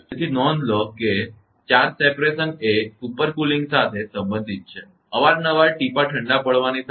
તેથી નોંધ લો કે ચાર્જ અલગ થવું એ સુપર કૂલિંગ સાથે સંબંધિત છે અને અવારનવાર ટીપાં ઠંડા પાડવાની સાથે